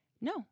no